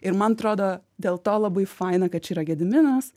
ir man atrodo dėl to labai faina kad čia yra gediminas